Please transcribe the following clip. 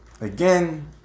Again